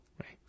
right